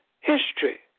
history